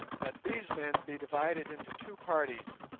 let these men be divided into two parties,